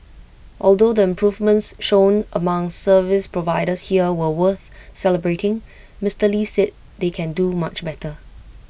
although the improvements shown among service providers here were worth celebrating Mister lee said they can do much better